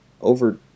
over